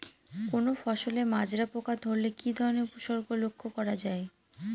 কোনো ফসলে মাজরা পোকা ধরলে কি ধরণের উপসর্গ লক্ষ্য করা যায়?